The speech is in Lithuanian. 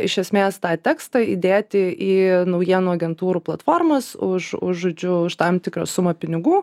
iš esmės tą tekstą įdėti į naujienų agentūrų platformas už už žodžiu už tam tikrą sumą pinigų